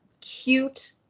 cute